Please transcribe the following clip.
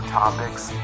topics